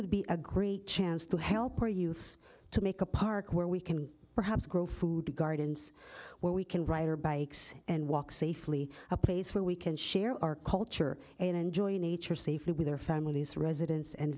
would be a great chance to help our youth to make a park where we can perhaps grow food gardens where we can write our bikes and walk safely a place where we can share our culture and enjoy nature safely with their families residents and